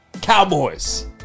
Cowboys